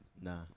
Nah